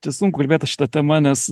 čia sunku kalbėt šita tema nes